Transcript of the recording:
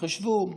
חשבו: